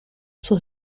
sus